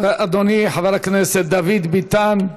אדוני חבר הכנסת דוד ביטן,